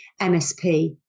MSP